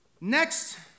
Next